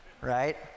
Right